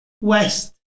west